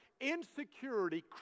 Insecurity